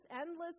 endless